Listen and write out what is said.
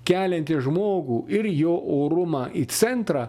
kelianti žmogų ir jo orumą į centrą